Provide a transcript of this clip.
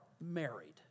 married